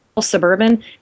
suburban